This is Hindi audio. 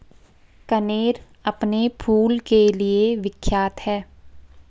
कनेर अपने फूल के लिए विख्यात है